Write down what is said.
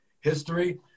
history